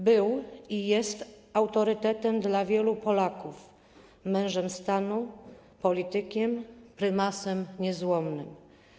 Był i jest autorytetem dla wielu Polaków, mężem stanu, politykiem, prymasem niezłomnym.